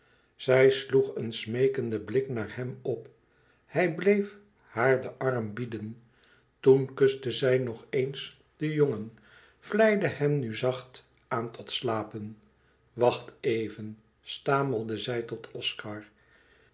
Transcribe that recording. zij sloeg een smeekenden blik naar hem op hij bleef haar den arm bieden toen kustte zij nog eens den jongen vleide hem nu zacht aan tot slapen wacht even stamelde ze tot oscar